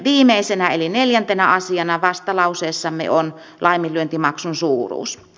viimeisenä eli neljäntenä asiana vastalauseessamme on laiminlyöntimaksun suuruus